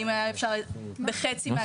האם אפשר היה אפשר בחצי מהכסף?